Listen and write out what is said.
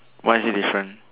why is it different